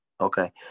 Okay